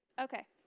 Okay